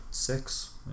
Six